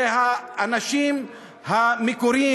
זה האנשים המקוריים.